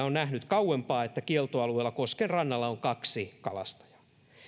on nähnyt kauempaa että kieltoalueella kosken rannalla on kaksi kalastajaa